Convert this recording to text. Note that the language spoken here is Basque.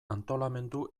antolamendu